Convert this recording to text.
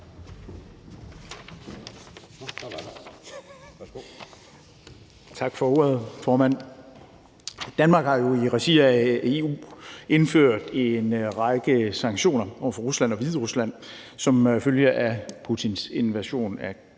Tak for ordet, formand. Danmark har jo i regi af EU indført en række sanktioner over for Rusland og Hviderusland som følge af Putins invasion af